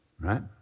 right